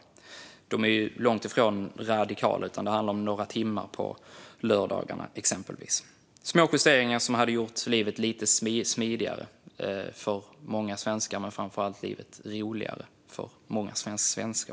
Förslagen är långt ifrån radikala. Det handlar om exempelvis några timmar på lördagar. Det är små justeringar som skulle göra livet lite smidigare och framför allt roligare för många svenskar.